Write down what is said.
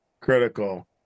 critical